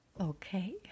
Okay